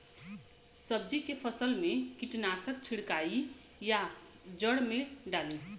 सब्जी के फसल मे कीटनाशक छिड़काई या जड़ मे डाली?